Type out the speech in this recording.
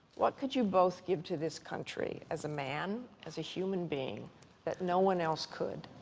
what could you both give to this country as a man, as a human being that no one else could?